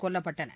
கொல்லப்பட்டனர்